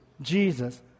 Jesus